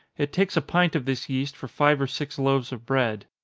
it takes a pint of this yeast for five or six loaves of bread.